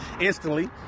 instantly